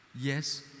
Yes